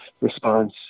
response